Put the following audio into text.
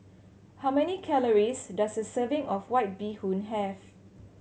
how many calories does a serving of White Bee Hoon have